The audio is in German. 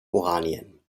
oranien